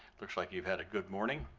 looks like you've had a good morning.